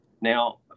Now